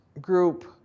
group